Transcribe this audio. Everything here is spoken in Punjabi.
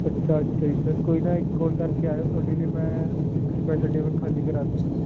ਅੱਛਾ ਅੱਛਾ ਜੀ ਸਰ ਕੋਈ ਨਾ ਕੋਲ ਕਰਕੇ ਆਇਓ ਤੁਹਾਡੇ ਲਈ ਮੈਂ ਇੱਕ ਸਪੈਸ਼ਲ ਟੇਬਲ ਖਾਲੀ ਕਰਾ ਦੂੰਗਾ ਜੀ